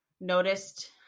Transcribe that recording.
noticed